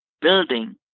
building